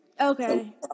Okay